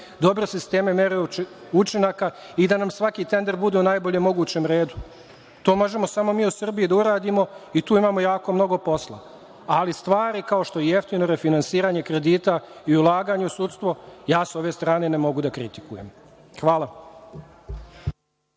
dobre sisteme mere učinaka i da nam svaki tender bude u najboljem mogućem redu. To možemo samo mi u Srbiji da uradimo i tu imamo jako mnogo posla. Ali stvari kao što je jeftino refinansiranje kredita i ulaganje u sudstvo ja sa ove strane ne mogu da kritikujem. Hvala.